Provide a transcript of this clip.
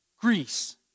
Greece